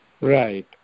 Right